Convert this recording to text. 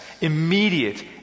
immediate